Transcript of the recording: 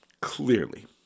Clearly